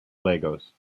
lagos